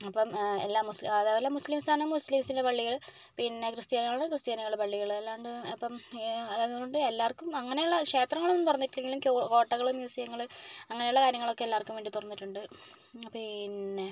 അപ്പം എല്ലാ മുസ്ലി അതായത് മുസ്ലീംസാണേൽ മുസ്ലീംസിൻ്റെ പള്ളികള് പിന്നെ ക്രിസ്ത്യാനികള് ക്രിസ്ത്യനികളുടെ പള്ളികള് അല്ലാണ്ട് ഇപ്പം അതുകൊണ്ട് എല്ലാവർക്കും അങ്ങനെയുള്ള ക്ഷേത്രങ്ങളൊന്നും തുറന്നിട്ടില്ലെങ്കിലും കൊട്ടകള് മ്യൂസിയങ്ങള് അങ്ങനെയുള്ള കാര്യങ്ങളൊക്കെ എല്ലാവർക്കും വേണ്ടി തുറന്നിട്ടുണ്ട് പിന്നെ